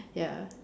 ya